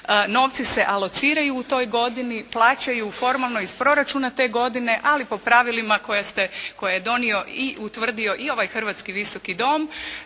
Novci se alociraju u toj godini, plaćaju formalno iz proračuna te godine, ali po pravilima koje ste, koje je donio i utvrdio i ovaj hrvatski Visoki dom,